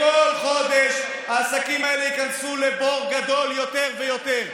בכל חודש העסקים האלה ייכנסו לבור גדול יותר ויותר.